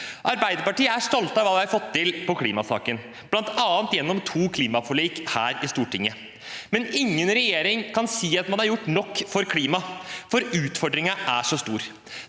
Arbeiderpartiet er stolte av hva vi har fått til i klimasaken, bl.a. gjennom to klimaforlik i Stortinget. Men ingen regjering kan si at man har gjort nok for klima, for utfordringen er så stor.